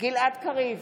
גלעד קריב,